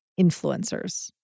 influencers